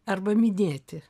arba minėti